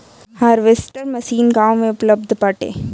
harvester machine गाँव में उपलब्ध बाटे